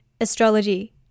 astrology